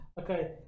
okay